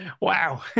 wow